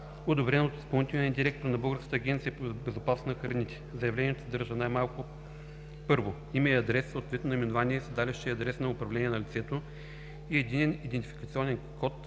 одобрен от изпълнителния директор на Българската агенция по безопасност на храните. Заявлението съдържа най-малко: 1. име и адрес, съответно наименование, седалище и адрес на управление на лицето и единен идентификационен код